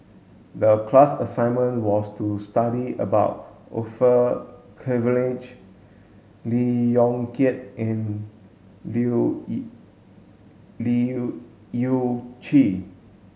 the class assignment was to study about Orfeur Cavenagh Lee Yong Kiat and Leu Yew Chye